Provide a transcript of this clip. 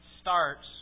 starts